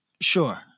Sure